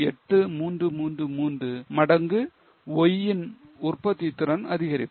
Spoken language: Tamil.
8333 மடங்கு Y ன் உற்பத்தித் திறன் அதிகரிப்பு